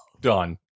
Done